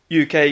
UK